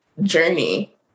journey